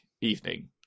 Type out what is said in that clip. evening